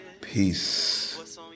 peace